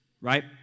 right